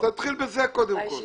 תתחיל בזה, קודם כל.